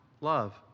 love